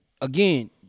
again